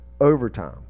Overtime